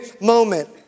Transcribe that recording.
moment